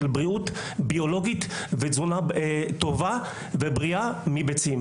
בריאות ביולוגית ותזונה טובה ובריאה מביצים.